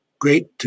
great